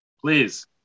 Please